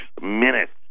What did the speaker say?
minutes